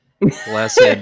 Blessed